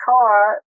car